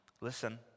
Listen